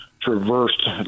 traversed